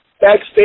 backstage